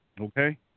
Okay